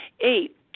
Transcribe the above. Eight